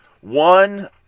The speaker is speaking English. One